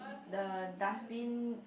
the dustbin